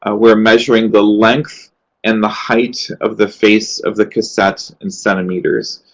ah we're measuring the length and the height of the face of the cassette in centimeters,